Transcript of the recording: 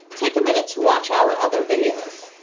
take a minute to watch our other videos.